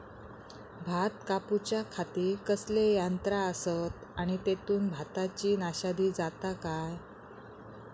भात कापूच्या खाती कसले यांत्रा आसत आणि तेतुत भाताची नाशादी जाता काय?